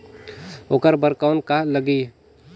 ओकर बर कौन का लगी?